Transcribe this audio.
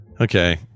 Okay